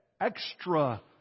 extra